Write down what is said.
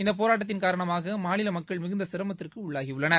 இந்த போராட்டத்தின் காரணமாக அம்மாநில மக்கள் மிகுந்த சிரமத்திற்கு உள்ளாகியுள்ளனர்